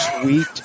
sweet